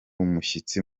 umushyitsi